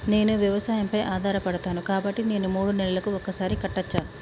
నేను వ్యవసాయం పై ఆధారపడతాను కాబట్టి నేను మూడు నెలలకు ఒక్కసారి కట్టచ్చా?